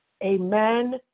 Amen